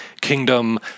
kingdom